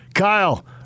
Kyle